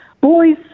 boys